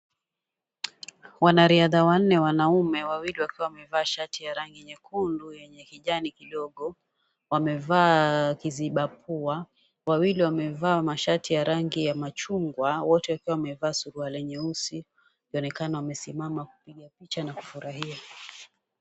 Wanariadha wanne wanaume wawili wakiwawamevaa shati ya rangi nyekundu yenye kijani kidogo, wamevaa kiziba pua wawili wamevaa mashati ya rangi ya machungwa wote wakiwa wamevaa suruali nyeusi wanaonekana wamesimama kupiga picha na kufurahia.